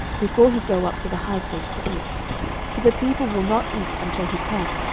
before he go up to the high place to eat for the people will not eat until he come,